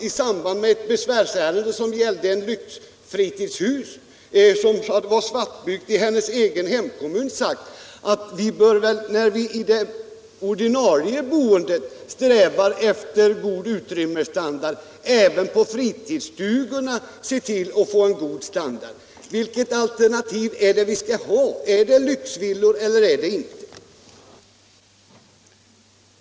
I samband med ett besvärsärende som gällde ett lyxfritidshus — ett svartbygge i bostadsministerns egen hemkommun som fru Olsson godkände — sade bostadsministern att när vi i det ordinarie bostadsbyggandet strävar efter god utrymmesstandard bör vi se till att få en god standard även i fråga om fritidsstugorna. Vilket alternativ skall vi ha? Är det lyxvillor eller är det inte lyxvillor?